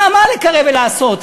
מה לקרב ולעשות?